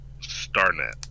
Starnet